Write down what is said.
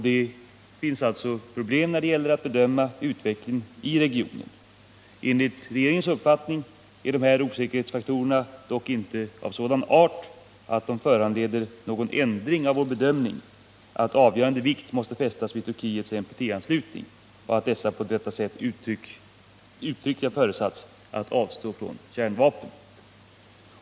Det finns problem när det gäller att bedöma utvecklingen i regionen. Enligt regeringens uppfattning är osäkerhetsfaktorerna dock inte av sådan art att de föranleder någon ändring av vår bedömning att avgörande vikt måste fästas vid Turkiets NPT anslutning och Turkiets på detta sätt klart uttalade föresats att avstå från kärnvapen.